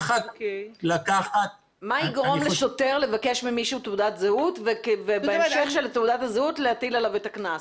מה יגרום לשוטר לבקש ממישהו תעודת זהות ובהמשך לזה להטיל עליו את הקנס?